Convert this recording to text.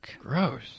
Gross